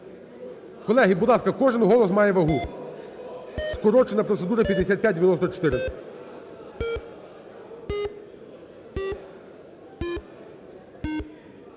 Колеги, будь ласка, кожен голос має вагу. Скорочена процедура 5594.